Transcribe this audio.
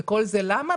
כל זה למה?